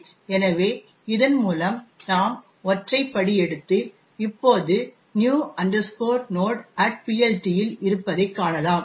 எனவே இதன் மூலம் நாம் ஒற்றை படி எடுத்து இப்போது new nodePLT இல் இருப்பதைக் காணலாம்